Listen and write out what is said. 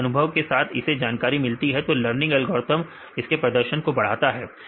अगर अनुभव के साथ इसे जानकारी मिलती है तो लर्निंग एल्गोरिथम इसके प्रदर्शन को बढ़ाता है